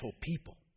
people